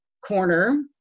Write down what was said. corner